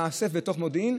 מאסף בתוך מודיעין,